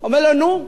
אומר לו: